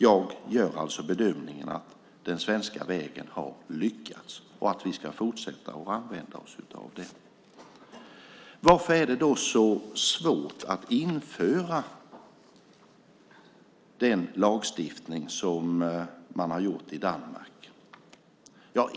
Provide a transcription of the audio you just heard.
Jag gör alltså bedömningen att den svenska vägen har lyckats och att vi ska fortsätta att använda oss av den. Varför är det så svårt att införa den lagstiftning som man har infört i Danmark?